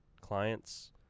clients